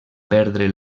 perdre